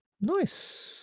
Nice